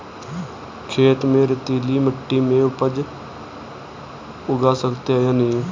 खेत में रेतीली मिटी में उपज उगा सकते हैं या नहीं?